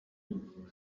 yabo